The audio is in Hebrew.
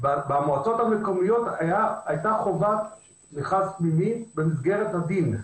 במועצות המקומיות הייתה חובת מכרז פנימי במסגרת הדין.